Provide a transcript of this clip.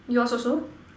yours also